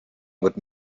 would